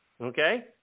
Okay